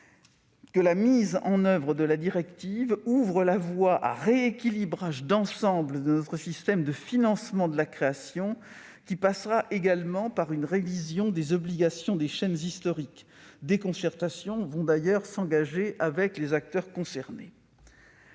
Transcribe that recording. que la mise en oeuvre de la directive ouvre la voie à rééquilibrage d'ensemble de notre système de financement de la création, qui passera également par une révision des obligations des chaînes historiques. Des concertations vont d'ailleurs s'engager avec les acteurs concernés.